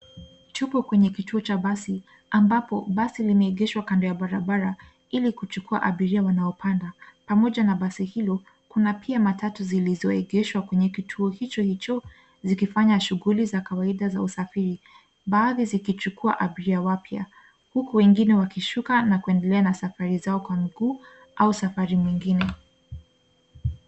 Tuko kwenye kituo cha basi ambapo basi limeegeshwa kando ya barabara ili kuchukua abiria wanaopanda. Pamoja na basi hilo, kuna pia matatu zilizoegeshwa kwenye kituo hichohicho zikifanya shughuli za kawaida za usafiri, baadhi zikichukua abiria wapya huku wengine wakishuka na kuendele na safari zao kwa miguu au safari mwingine.